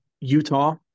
Utah